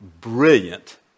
brilliant